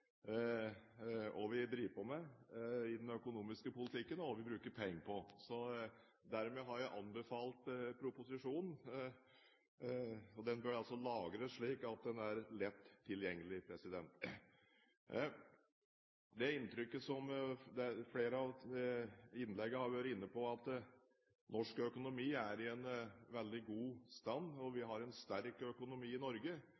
og hva vi bruker penger på. Dermed har jeg anbefalt proposisjonen. Den bør lagres slik at den er lett tilgjengelig. Inntrykket er, som flere har vært inne på, at norsk økonomi er i veldig god stand. Vi har en sterk økonomi i Norge